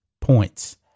points